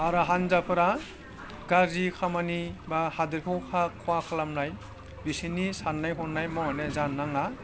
आरो हान्जाफोरा गाज्रि खामानि बा हादोरखौ खहा खालामनाय बिसोरनि सान्नाय हनाय मावनाया जानो नाङा